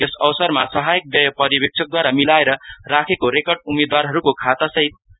यस अवसरमा सहायक व्यय पर्यावेक्षकद्वारा मिलाएर राखेको रेकर्ड उम्मेदवारहरूको खातासित मिलाइयो